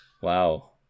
Wow